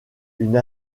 une